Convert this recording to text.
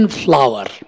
flower